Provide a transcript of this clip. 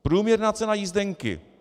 Průměrná cena jízdenky.